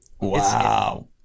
Wow